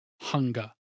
hunger